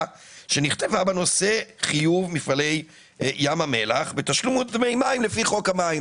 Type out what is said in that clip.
שנכתבה בנושא חיוב מפעלי ים המלח בתשלום דמי מים לפי חוק המים".